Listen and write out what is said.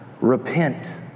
Repent